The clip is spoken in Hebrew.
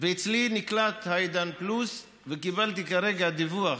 ואצלי נקלט עידן פלוס, וקיבלתי כרגע דיווח,